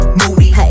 moody